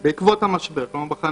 בתמרא פנו